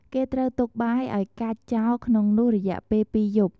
គេត្រូវទុកបាយឲ្យកាច់ចោលក្នុងនោះរយៈពេល២យប់។